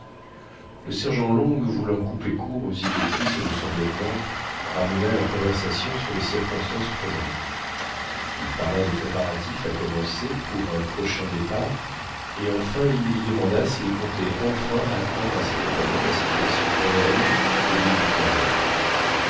le sergent long voulant couper court aux idées tristes de son lieutenant ramena la conversation sur les circonstances présentes il parla des préparatifs à commencer pour un prochain départ et enfin il lui demanda s'il comptait enfin apprendre à ses compagnons la situation réelle de l'île victoria